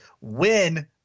win